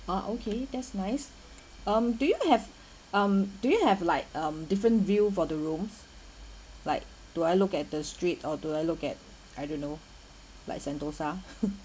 uh okay that's nice um do you have um do you have like um different view for the rooms like do I look at the street or do I look at I don't know like Sentosa